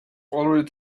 already